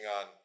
on